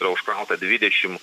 yra užkrauta dvidešim